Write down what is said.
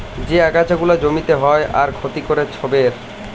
যে আগাছা গুলা জমিতে হ্যয় আর ক্ষতি ক্যরে ছবের